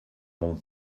mon